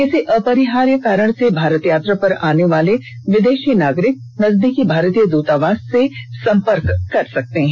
किसी अपरिहार्य कारण से भारत यात्रा पर आने वाला विदेशी नागरिक नजदीकी भारतीय द्रतावास से संपर्क कर सकता है